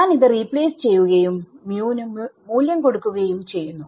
ഞാൻ റീപ്ലേസ് ചെയ്യുകയും ന് മൂല്യം കൊടുക്കുകയും ചെയ്യുന്നു